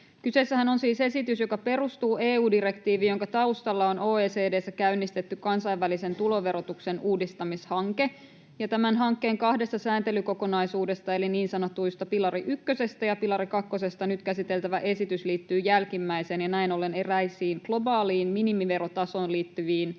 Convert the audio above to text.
Kyseessähän on siis esitys, joka perustuu EU-direktiiviin, jonka taustalla on OECD:ssä käynnistetty kansainvälisen tuloverotuksen uudistamishanke. Tämän hankkeen kahdesta sääntelykokonaisuudesta eli niin sanotuista pilari ykkösestä ja pilari kakkosesta nyt käsiteltävä esitys liittyy jälkimmäiseen ja näin ollen eräisiin globaaleihin minimiverotasoon sisältyviin